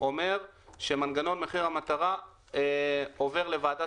אומר שמנגנון מחיר המטרה עובר לוועדת